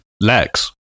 Lex